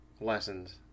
lessons